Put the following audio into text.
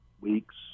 weeks